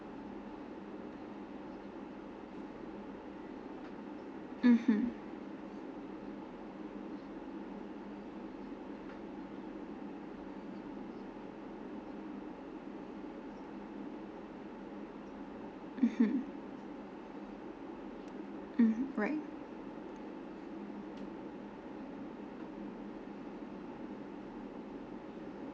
mmhmm mmhmm mm right